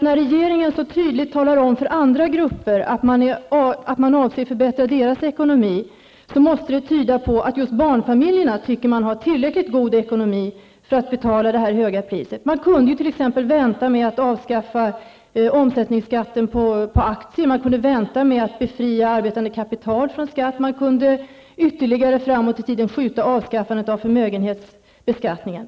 När regeringen så tydligt talar om för andra grupper att man avser förbättra deras ekonomi, måste det tyda på att man tycker att just barnfamiljerna har tillräckligt god ekonomi för att betala det här höga priset. Man kunde t.ex. vänta med att avskaffa omsättningsskatten på aktier, man kunde vänta med att befria arbetande kapital från skatt, och man kunde ytterligare framåt i tiden skjuta avskaffandet av förmögenhetsbeskattningen.